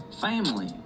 Family